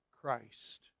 Christ